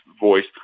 voice